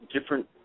different